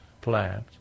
plants